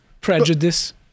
prejudice